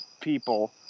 people